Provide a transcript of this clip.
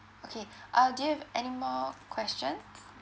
okay uh do you have any more questions